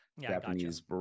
Japanese